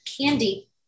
candy